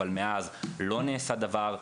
אבל מאז לא נעשה דבר.